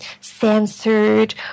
censored